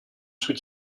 sous